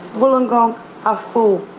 wollongong are full.